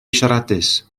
siaradus